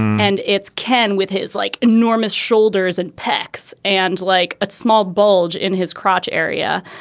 and it's ken with his like enormous shoulders and pecs and like a small bulge in his crotch area.